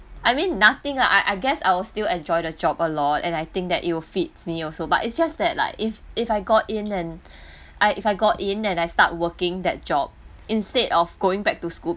I mean nothing lah I I guess I will still enjoy the job a lot and I think that it will fits me also but is just that like if if I got in and I if I got in and I start working that job instead of going back to school